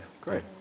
great